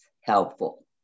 helpful